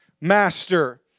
Master